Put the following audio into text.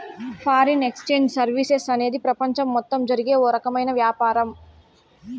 foreign exchange services అనేది ప్రపంచం మొత్తం జరిగే ఓ రకమైన వ్యాపారం